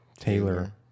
Taylor